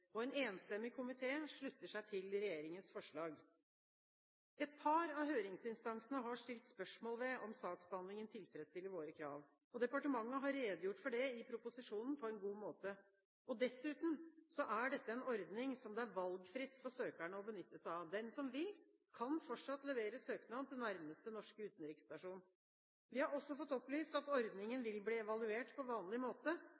En enstemmig komité slutter seg til regjeringens forslag. Et par av høringsinstansene har stilt spørsmål ved om saksbehandlingen tilfredsstiller våre krav. Departementet har redegjort for dette på en god måte i proposisjonen. Dessuten er dette en ordning som det er valgfritt for søkerne å benytte seg av. Den som vil, kan fortsatt levere søknad til nærmeste norske utenriksstasjon. Vi har også fått opplyst at ordningen vil bli evaluert på vanlig måte.